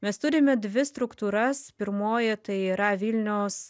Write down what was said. mes turime dvi struktūras pirmoji tai yra vilniaus